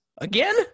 again